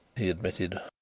he admitted.